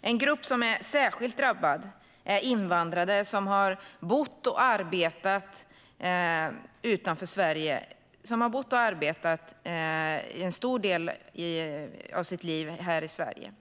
En grupp som är särskilt drabbad är invandrade som har bott och arbetat en del av sina liv i Sverige.